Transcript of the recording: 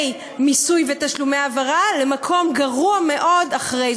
מיסוי ותשלומי העברה למקום גרוע מאוד אחרי,